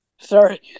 Sorry